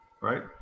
Right